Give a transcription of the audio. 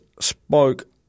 spoke